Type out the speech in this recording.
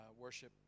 worship